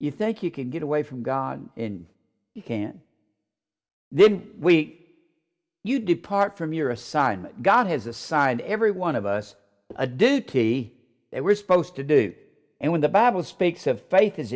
you think you can get away from god and you can't then we you depart from your assignment god has assigned every one of us a duty they were supposed to do and when the battle speaks of